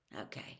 Okay